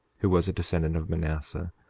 who was a descendant of manasseh,